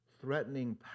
threatening